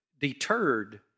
deterred